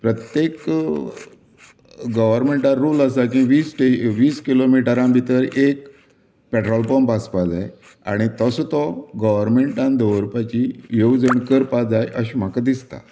प्रत्येक गवरमेंटा रूल आसा की वीस ते एकवीस किलोमिटरा भितर एक पेट्रोलपंप आसपा जाय आनी तसो तो गोवोरमेंटान दवरपाची येवजण करपा जाय अशें म्हाका दिसता